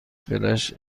فلاش